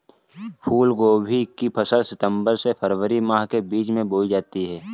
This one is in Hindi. फूलगोभी की फसल सितंबर से फरवरी माह के बीच में बोई जाती है